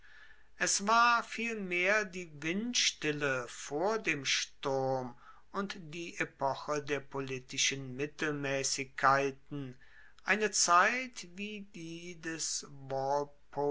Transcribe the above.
es war vielmehr die windstille vor dem sturm und die epoche der politischen mittelmaessigkeiten eine zeit wie die des